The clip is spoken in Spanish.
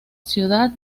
ciudad